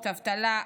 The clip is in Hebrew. אבטלה,